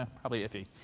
ah probably iffy.